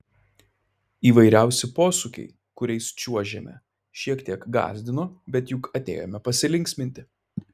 įvairiausi posūkiai kuriais čiuožėme šiek tiek gąsdino bet juk atėjome pasilinksminti